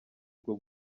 bwo